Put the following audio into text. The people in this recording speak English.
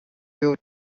you